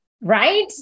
Right